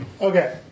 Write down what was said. Okay